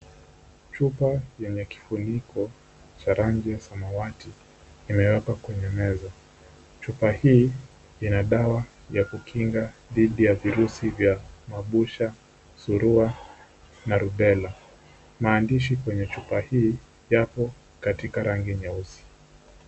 Chupa yenye kifuniko cha rangi ya samawati imewekwa kwenye meza. Chupa hii ina dawa ya kukinga dhidi ya virusi vya mabucha, surua na rubella. Maandishi kwenye chupa hii yapo katika rangi nyeusi.